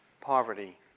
poverty